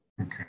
Okay